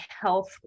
health